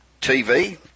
TV